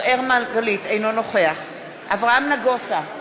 אינו נוכח אברהם נגוסה,